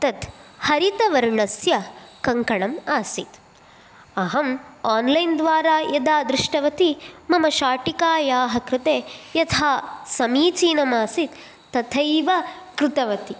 तत् हरितवर्णस्य कङ्कणं आसीत् अहं आन्लैन् द्वारा यदा दृष्टवती मम शाटिकायाः कृते यथा समीचीनमासीत् तथैव कृतवती